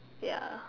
ya